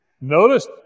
Notice